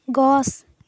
গছ